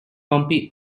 bumpy